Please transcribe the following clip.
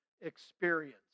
experience